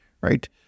right